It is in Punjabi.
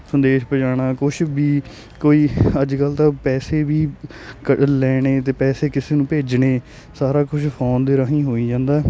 ਸੰਦੇਸ਼ ਪੁਜਾਣਾ ਕੁਛ ਵੀ ਕੋਈ ਅੱਜ ਕੱਲ੍ਹ ਤਾਂ ਪੈਸੇ ਵੀ ਕ ਲੈਣੇ ਅਤੇ ਪੈਸੇ ਕਿਸੇ ਨੂੰ ਭੇਜਣੇ ਸਾਰਾ ਕੁਛ ਫੋਨ ਦੇ ਰਾਹੀਂ ਹੋਈ ਜਾਂਦਾ